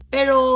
Pero